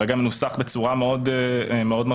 כרגע הוא מנוסח בצורה מאוד מרחיבה.